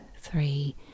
three